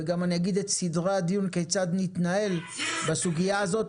וגם אני אגיד את סדרי הדיון כיצד זה יתנהל בסוגיה הזאת,